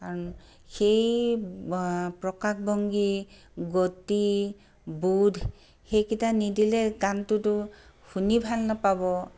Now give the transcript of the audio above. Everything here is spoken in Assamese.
আৰু সেই প্ৰকাশভংগি গতি বোধ সেইকেইটা নিদিলে গানটোতো শুনি ভাল নাপাব